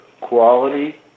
quality